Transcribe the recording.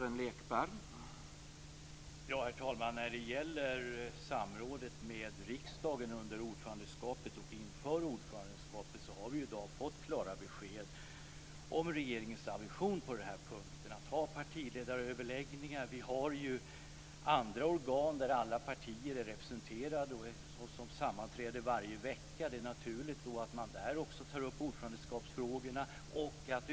Herr talman! När det gäller samrådet med riksdagen inför och under ordförandeskapet har vi i dag fått klara besked om regeringens ambition att ha partiledaröverläggningar. Vi har ju andra organ där alla partier är representerade och som sammanträder varje vecka, och det är naturligt att också där ta upp ordförandeskapsfrågorna.